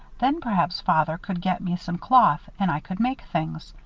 then, perhaps, father could get me some cloth and i could make things.